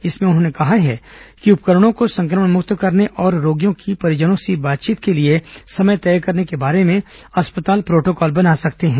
इसमें उन्होंने कहा है कि उपकरणों को संक्रमण मुक्त करने और रोगियों की परिजनों की बातचीत के लिए समय तय करने के बारे में अस्पताल प्रोटोकॉल बना सकते हैं